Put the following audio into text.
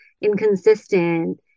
inconsistent